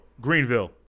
Greenville